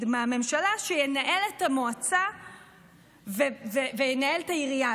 מהממשלה שינהל את המועצה וינהל את העירייה.